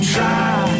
Try